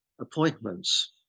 appointments